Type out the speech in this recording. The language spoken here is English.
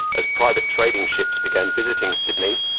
as private trading ships began visiting sydney,